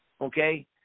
Okay